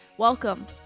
Welcome